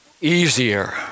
easier